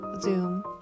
zoom